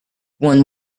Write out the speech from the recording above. one